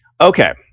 Okay